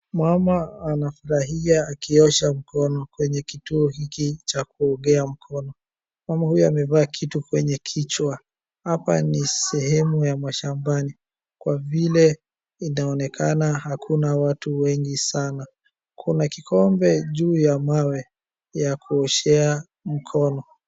Mama anafurahia akiosha mkono kwenye kituo hiki cha kuogea mkono, mama huyu amevaa kitu kwenye kichwa. Hapa ni sehemu ya mashambani, kwa vile inaonekana hakuna watu wengi sana. Kuna kikombe juu ya mawe ya kuoshea mkono.